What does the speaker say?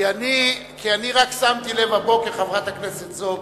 כי אני רק שמתי לב הבוקר, חברת הכנסת זועבי,